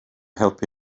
helpu